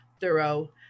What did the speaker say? thorough